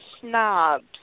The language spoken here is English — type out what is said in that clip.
snobs